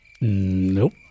Nope